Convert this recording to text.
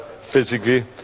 physically